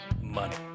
money